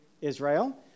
Israel